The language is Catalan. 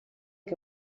que